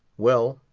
well,